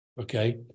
okay